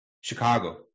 Chicago